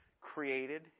created